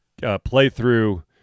playthrough